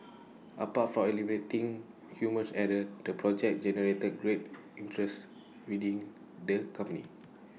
apart for eliminating human's error the project generated great interest within the company